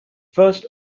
first